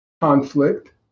conflict